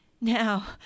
Now